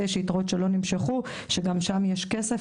ויש יתרות שלא נמשכו שגם שם יש כסף.